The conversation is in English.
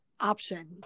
option